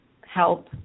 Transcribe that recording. help